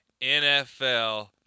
NFL